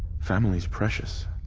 family's precious,